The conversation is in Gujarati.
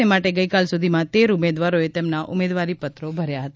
તે માટે ગઈકાલ સુધીમાં તેર ઉમેદવારોએ તેમના ઉમેદવારી પત્રો ભર્યા હતા